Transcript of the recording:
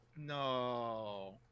No